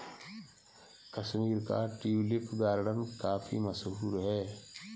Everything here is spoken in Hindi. कश्मीर का ट्यूलिप गार्डन काफी मशहूर है